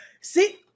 See